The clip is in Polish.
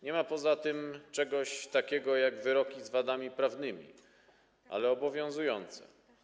Nie ma poza tym czegoś takiego, jak wyroki z wadami prawnymi, ale obowiązujące.